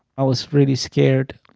i was really scared.